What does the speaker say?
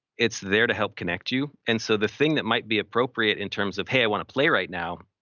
it's there to help connect you. and so the thing that might be appropriate in terms of hey, i want to play right now,